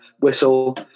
whistle